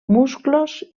musclos